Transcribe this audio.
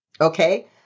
okay